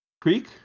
Creek